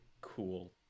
cool